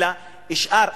אלא גם שאר,